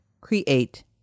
create